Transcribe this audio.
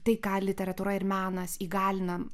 tai ką literatūra ir menas įgalina